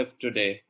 today